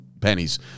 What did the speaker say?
pennies